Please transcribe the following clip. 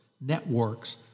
networks